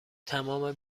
تمام